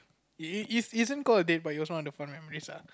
it it isn't called a date but it was one of the fun memories ah